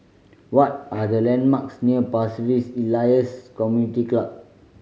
what are the landmarks near Pasir Ris Elias Community Club